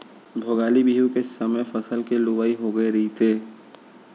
भोगाली बिहू के समे फसल के लुवई होगे रहिथे